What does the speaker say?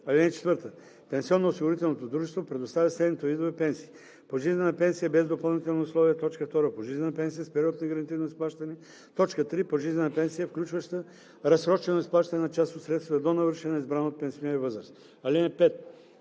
му. (4) Пенсионноосигурителното дружество предоставя следните видове пенсии: 1. пожизнена пенсия без допълнителни условия; 2. пожизнена пенсия с период на гарантирано изплащане; 3. пожизнена пенсия, включваща разсрочено изплащане на част от средствата до навършване на избрана от пенсионера възраст. (5)